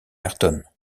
ayrton